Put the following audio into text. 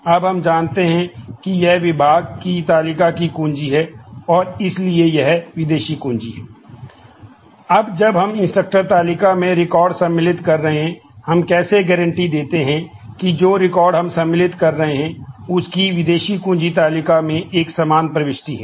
अब हम जानते हैं कि यह विभाग की तालिका की कुंजी है और इसलिए यह विदेशी कुंजी है